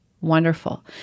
Wonderful